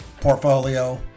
Portfolio